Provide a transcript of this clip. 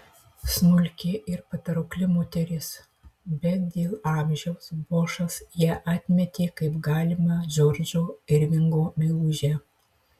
smulki ir patraukli moteris bet dėl amžiaus bošas ją atmetė kaip galimą džordžo irvingo meilužę